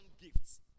gifts